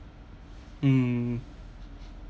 mm